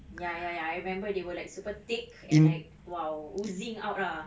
ya ya ya I remember they were like super thick and like !wow! oozing out ah